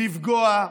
לפגוע,